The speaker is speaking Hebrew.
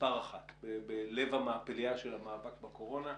מספר אחת, בלב המאפליה של המאבק בקורונה.